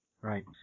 Right